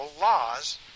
laws